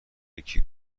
یکی